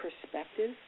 perspective